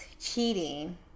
Cheating